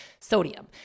sodium